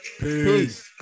Peace